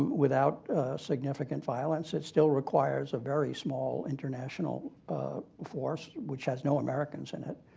without significant violence. it still requires a very small international forces, which has no americans in it.